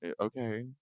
okay